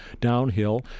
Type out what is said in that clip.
downhill